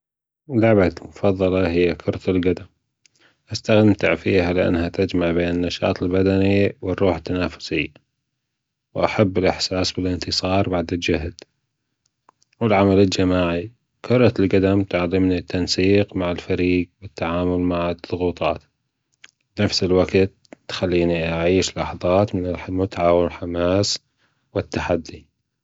لعبتى المفضلة هي كره الجدم أستمتع فيها لانها تجمع بين النشاط البدنى والروح التنافسيه واحب الاحساس بالانتصار بعد الاحساس بالجهد والعمل الجماعى كره الجدم تعلمنى التنسيق مع الفريق والتعامل مع الضغوطات فى نفس الوجت تخلينى أعيش لحظات من المتعه والحماس والتحدى